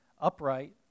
upright